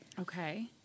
Okay